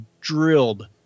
drilled